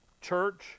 church